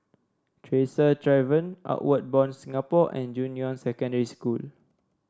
Tresor Tavern Outward Bound Singapore and Junyuan Secondary School